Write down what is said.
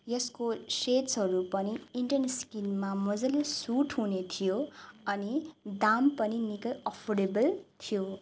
यसको सेड्सहरू पनि इन्डियन स्किनमा मजाले सुट हुने थियो अनि दाम पनि निकै अफोर्डेबल थियो